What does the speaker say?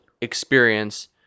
experience